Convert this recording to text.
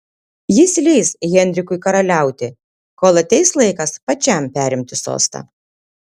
jis leis henrikui karaliauti kol ateis laikas pačiam perimti sostą